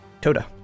Toda